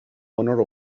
honor